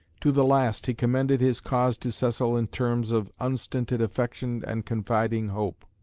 to the last he commended his cause to cecil in terms of unstinted affection and confiding hope.